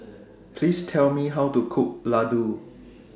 Please Tell Me How to Cook Ladoo